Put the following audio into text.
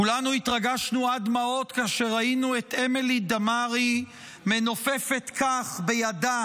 כולנו התרגשנו עד דמעות כאשר ראינו את אמילי דמארי מנופפת כך בידה,